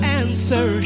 answer